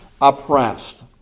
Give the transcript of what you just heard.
oppressed